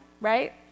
right